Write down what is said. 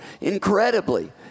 incredibly